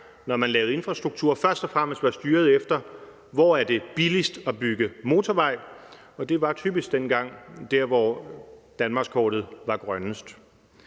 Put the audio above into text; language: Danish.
da man lavede infrastrukturen, først og fremmest var styret efter, hvor det er billigst at bygge motorvej. Det var dengang typisk dér, hvor danmarkskortet var grønnest.